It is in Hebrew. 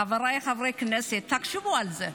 חבריי חברי הכנסת, תחשבו על זה.